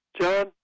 John